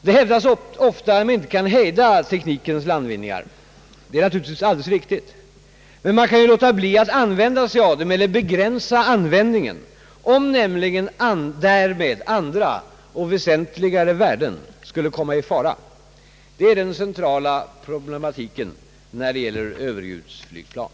Det hävdas ofta att man inte kan hejda teknikens landvinningar. Det är naturligtvis alldeles riktigt. Men man kan ju låta bli att använda sig av dem eller begränsa användningen — om nämligen därmed andra och väsentligare värden skulle komma i fara. Det är den centrala problematiken när det gäller överljudsflygplan.